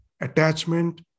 attachment